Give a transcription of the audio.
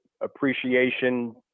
appreciation